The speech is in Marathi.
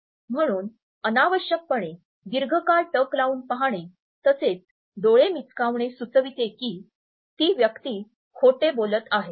म्हणून अनावश्यकपणे दीर्घकाळ टक लावून पाहणे तसेच डोळे मिचकावणे सुचविते की ती व्यक्ती खोटे बोलत आहे